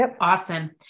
Awesome